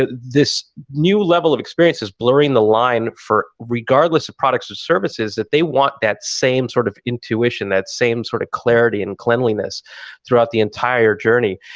ah this new level of experience is blurring the line regardless of products or services that they want that same sort of intuition, that same sort of clarity and cleanliness throughout the entire journey.